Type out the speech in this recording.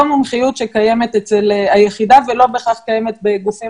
מומחיות שקיימת אצל היחידה ולא בהכרח קיימת בגופים